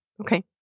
Okay